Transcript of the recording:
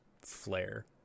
flare